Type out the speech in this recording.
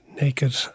naked